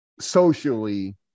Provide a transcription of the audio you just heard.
socially